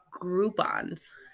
Groupon's